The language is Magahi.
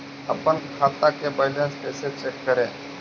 अपन खाता के बैलेंस कैसे चेक करे?